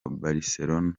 barcelona